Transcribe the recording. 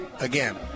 Again